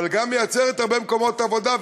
אבל גם מייצרת הרבה מקומות עבודה,